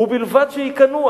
ובלבד שיקנו.